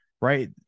right